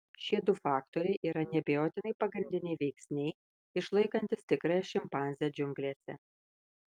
šie du faktoriai yra neabejotinai pagrindiniai veiksniai išlaikantys tikrąją šimpanzę džiunglėse